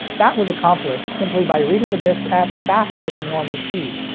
that was accomplished simply by reading the disc at faster than normal speeds,